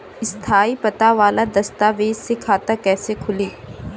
स्थायी पता वाला दस्तावेज़ से खाता कैसे खुली?